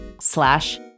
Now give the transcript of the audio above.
slash